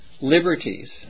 liberties